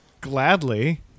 Gladly